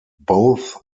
both